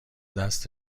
دست